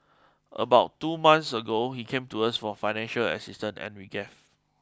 about two months ago he came to us for financial assistance and we gave